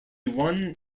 one